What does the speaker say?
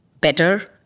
better